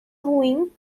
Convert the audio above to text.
ruim